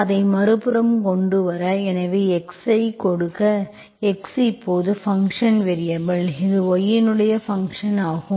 அதை மறுபுறம் கொண்டு வர எனவே x ஐ கொடுக்க x இப்போது ஃபங்க்ஷன் வேரியபல் இது y இன் ஃபங்க்ஷன் ஆகும்